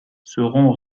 seront